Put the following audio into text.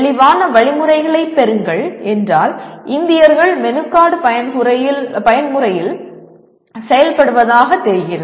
தெளிவான வழிமுறைகளைப் பெறுங்கள் என்றால் இந்தியர்கள் மெனு கார்டு பயன்முறையில் செயல்படுவதாகத் தெரிகிறது